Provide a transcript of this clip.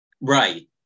Right